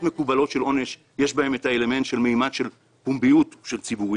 מקובלות של עונש יש בהם את ממד הפומביות והציבורית